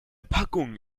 packung